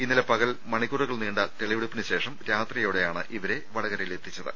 ഇന്നലെ പകൽ മണിക്കൂറുകൾ നീണ്ട തെളിവെടുപ്പിന് ശേഷം രാത്രിയോടെയാണ് വടകരയിലെത്തിച്ചത്